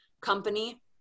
company